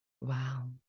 Wow